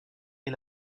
est